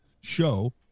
show